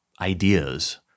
ideas